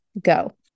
go